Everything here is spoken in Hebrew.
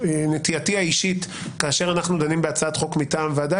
נטייתי האישית כאשר אנחנו דנים בהצעת חוק מטעם ועדה